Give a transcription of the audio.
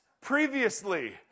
previously